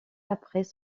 après